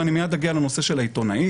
ואני מיד אגיע לנושא של העיתונאי,